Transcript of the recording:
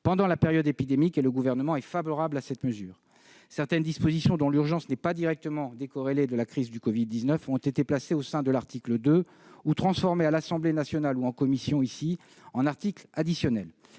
pendant la période épidémique. Le Gouvernement est favorable à cette mesure. Certaines dispositions dont l'urgence n'est pas totalement décorrélée de la crise du Covid-19 ont été placées au sein de l'article 2, ou transformées en articles additionnels,